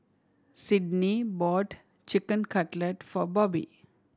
Sydni bought Chicken Cutlet for Bobbie